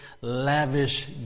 lavish